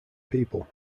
people